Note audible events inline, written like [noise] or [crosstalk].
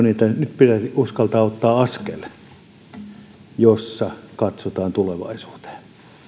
[unintelligible] nyt pitäisi uskaltaa ottaa askel jossa katsotaan tulevaisuuteen